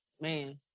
Man